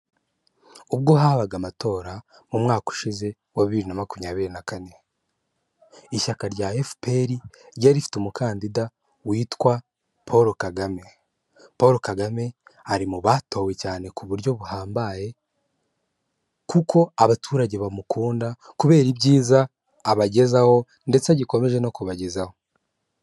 Ubwo habaga amatora mu mwaka ushize wa bibiri na makumyabiri na kane ishyaka rya FPR ryari rifite umukandida witwa Paul Kagame, Paul Kagame ari mu batowe cyane ku buryo buhambaye kuko abaturage bamukunda kubera ibyiza abagezaho ndetse agikomeje no kubagezaho.